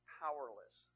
powerless